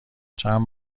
چند